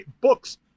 books